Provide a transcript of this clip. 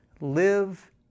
live